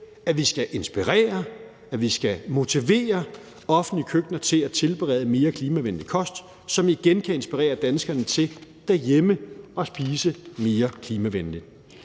at vi skal inspirere, at vi skal motivere offentlige køkkener til at tilberede mere klimavenlig kost, som igen kan inspirere danskerne til derhjemme at spise mere klimavenligt.